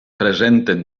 presenten